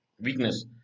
weakness